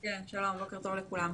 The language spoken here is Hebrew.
שלום, בוקר טוב לכולם.